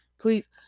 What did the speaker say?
Please